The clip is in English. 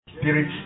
Spirit